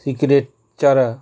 secret চারা